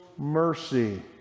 Mercy